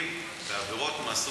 מה זה לא צריך להפריע לו?